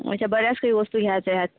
अशा बऱ्याच काही वस्तू घ्यायच्या आहेत